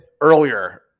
earlier